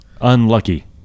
unlucky